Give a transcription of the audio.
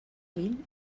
vint